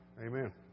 Amen